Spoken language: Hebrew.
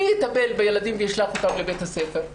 מי יטפל בילדים וישלח אותם לבית הספר?